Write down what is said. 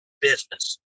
business